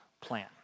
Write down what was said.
plan